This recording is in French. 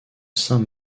saint